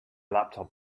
laptop